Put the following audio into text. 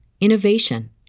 innovation